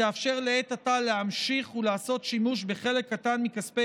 ותאפשר לעת עתה להמשיך ולעשות שימוש בחלק קטן מכספי